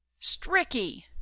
stricky